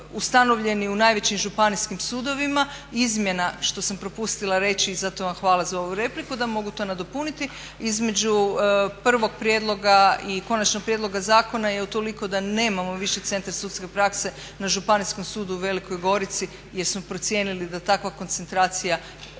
ustanovljeni u najvećim županijskim sudovima. Izmjena, što sam propustila reći i zato vam hvala za ovu repliku da mogu to nadopuniti između prvog prijedloga i konačnog prijedloga zakona je utoliko da nemamo više centre sudske prakse na Županijskom sudu u Velikoj Gorici jer smo procijenili da takva koncentracija